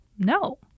No